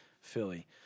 Philly